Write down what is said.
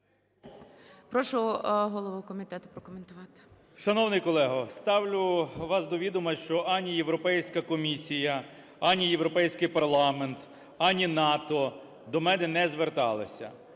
Прошу голову комітету прокоментувати. 13:51:08 КНЯЖИЦЬКИЙ М.Л. Шановний колего, ставлю вас до відома, що ані Європейська комісія, ані Європейський парламент, ані НАТО до мене не зверталися.